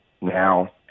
now